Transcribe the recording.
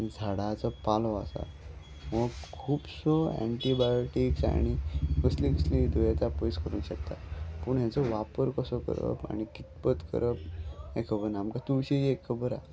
झाडाचो पालो आसा हो खुबसो एनटीबायोटीक्स आनी कसली कसली दुयेंसा पयस करूं शकता पूण हेचो वापर कसो करप आनी कितपत करप हें खबर ना आमकां तुळशी एक खबर आसा